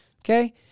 Okay